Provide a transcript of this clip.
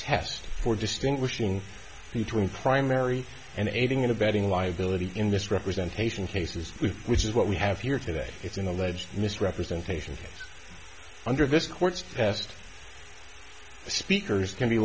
test for distinguishing between primary and aiding and abetting liability in this representation cases which is what we have here today it's an alleged misrepresentation under this courts peste speakers can be